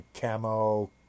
camo